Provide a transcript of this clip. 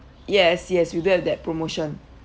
yes yes we do have that promotion